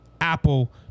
Apple